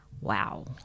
wow